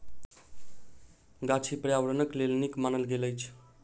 गाछी पार्यावरणक लेल नीक मानल गेल अछि